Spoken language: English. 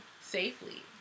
safely